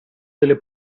delle